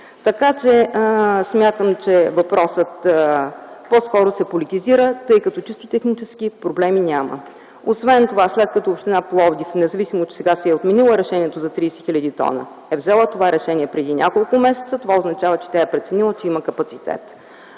бъдеще. Смятам, че въпросът по-скоро се политизира, тъй като чисто технически проблеми няма. Освен това, след като община Пловдив, независимо че сега си е отменила решението за 30 хил. тона, е взела това решение преди няколко месеца, означава, че тя е преценила, че има капацитет.